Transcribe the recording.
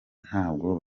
ntabwo